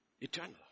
Eternal